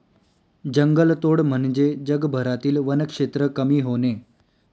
जंगलतोड म्हणजे जगभरातील वनक्षेत्र कमी होणे